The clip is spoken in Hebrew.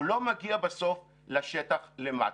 הוא לא מגיע בסוף לשטח למטה.